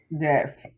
Yes